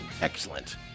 Excellent